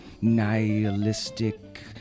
nihilistic